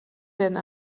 werden